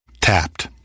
Tapped